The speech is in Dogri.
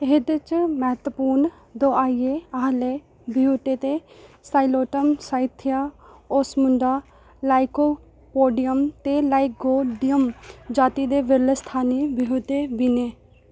एह्दे च म्हत्तवपूर्ण दोआइयें आह्ले बूह्टे ते साइलोटम साइथिया ओस्मुंडा लाइकोपोडियम ते लाइगोडियम जाति दे बिरले स्थानी बूह्टे बी न